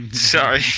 Sorry